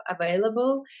available